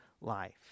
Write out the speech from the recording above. life